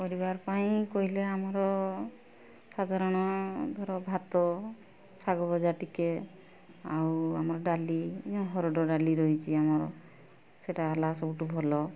ପରିବାର ପାଇଁ କହିଲେ ଆମର ସାଧାରଣ ଧର ଭାତ ଶାଗ ଭଜା ଟିକେ ଆଉ ଆମର ଡାଲି ହରଡ଼ ଡାଲି ରହିଛି ଆମର ସେଇଟା ହେଲା ସବୁଠୁ ଭଲ